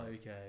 Okay